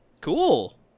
Cool